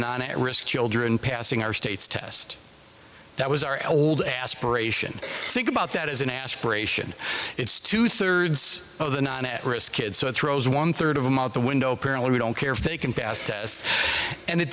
nine at risk children passing our state's tests that was our aspiration think about that as an aspiration it's two thirds of the nine at risk kids so it throws one third of them out the window apparently we don't care if they can pass and it